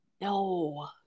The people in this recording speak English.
No